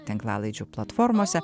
tinklalaidžių platformose